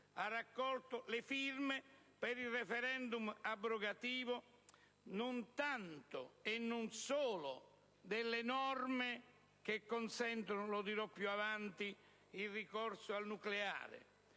raccogliendo le firme per il *referendum* abrogativo, non tanto e non solo delle norme che consentono - lo dirò più avanti - il ricorso al nucleare,